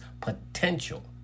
potential